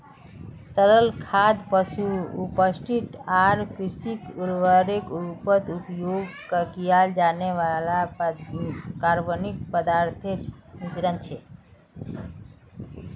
तरल खाद पशु अपशिष्ट आर कृषि उर्वरकेर रूपत उपयोग किया जाने वाला कार्बनिक पदार्थोंर मिश्रण छे